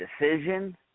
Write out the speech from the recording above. decision